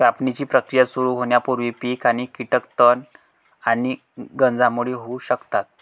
कापणीची प्रक्रिया सुरू होण्यापूर्वी पीक आणि कीटक तण आणि गंजांमुळे होऊ शकतात